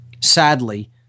Sadly